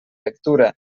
lectura